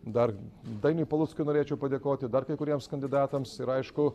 dar dainiui paluckiui norėčiau padėkoti dar kai kuriems kandidatams ir aišku